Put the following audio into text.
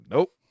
Nope